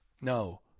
No